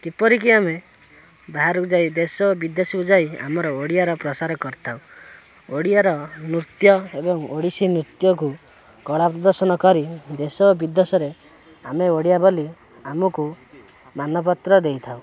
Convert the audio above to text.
କିପରି କି ଆମେ ବାହାରକୁ ଯାଇ ଦେଶ ଓ ବିଦେଶକୁ ଯାଇ ଆମର ଓଡ଼ିଆର ପ୍ରସାର କରିଥାଉ ଓଡ଼ିଆର ନୃତ୍ୟ ଏବଂ ଓଡ଼ିଶୀ ନୃତ୍ୟକୁ କଳା ପ୍ରଦର୍ଶନ କରି ଦେଶ ଓ ବିଦେଶରେ ଆମେ ଓଡ଼ିଆ ବୋଲି ଆମକୁ ମାନପତ୍ର ଦେଇଥାଉ